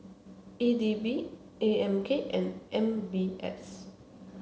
E D B A M K and M B S